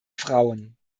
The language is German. frauen